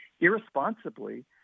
irresponsibly